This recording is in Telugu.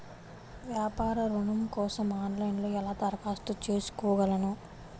వ్యాపార ఋణం కోసం ఆన్లైన్లో ఎలా దరఖాస్తు చేసుకోగలను?